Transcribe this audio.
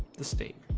the city